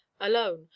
alone